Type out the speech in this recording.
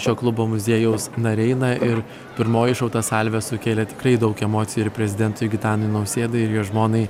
šio klubo muziejaus nariai na ir pirmoji iššauta salvė sukėlė tikrai daug emocijų ir prezidentui gitanui nausėdai ir jo žmonai